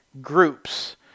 groups